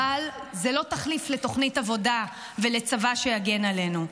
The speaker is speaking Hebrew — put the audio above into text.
אבל זה לא תחליף לתוכנית עבודה ולצבא שיגן עלינו.